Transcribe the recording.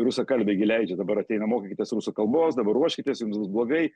rusakalbiai gi leidžia dabar ateina mokykitės rusų kalbos dabar ruoškitės jums bus blogai